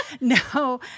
no